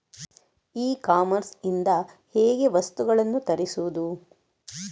E commerce ಇಂದ ಹೇಗೆ ವಸ್ತುಗಳನ್ನು ತರಿಸುವುದು?